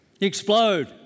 explode